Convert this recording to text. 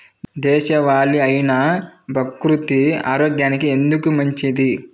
దేశవాలి అయినా బహ్రూతి ఆరోగ్యానికి ఎందుకు మంచిది?